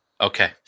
Okay